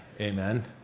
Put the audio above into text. amen